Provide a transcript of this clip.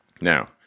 Now